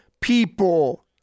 people